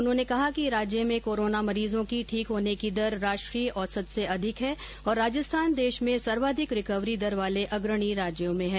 उन्होंने कहा कि राज्य में कोरोना मरीजों की ठीक होने की दर राष्ट्रीय औसत से अधिक है और राजस्थान देश में सर्वाधिक रिकवरी दर वाले अग्रणी राज्यों में है